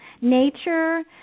nature